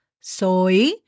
soy